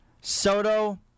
Soto